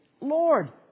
Lord